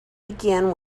begin